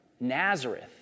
Nazareth